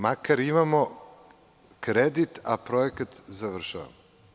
Makar imamo kredit, a projekat završavamo.